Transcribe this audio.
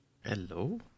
hello